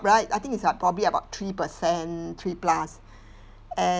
right I think it's uh probably about three percent three plus and